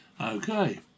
Okay